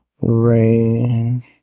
Rain